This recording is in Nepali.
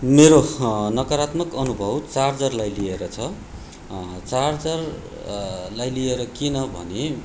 मेरो नकारात्मक अनुभव चार्जरलाई लिएर छ चार्जरलाई लिएर किनभने